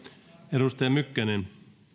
arvoisa